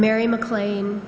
mary maclean